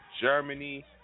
Germany